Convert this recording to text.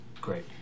Great